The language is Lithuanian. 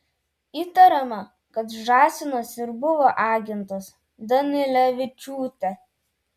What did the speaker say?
įtariama kad žąsinas ir buvo agentas danilevičiūtė